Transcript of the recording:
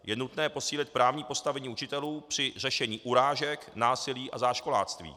Je nutné posílit právní postavení učitelů při řešení urážek, násilí a záškoláctví.